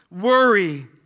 worry